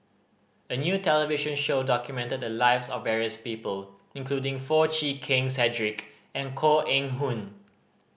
a new television show documented the lives of various people including Foo Chee Keng Cedric and Koh Eng Hoon